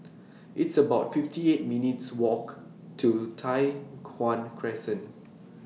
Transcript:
It's about fifty eight minutes' Walk to Tai Hwan Crescent